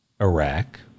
Iraq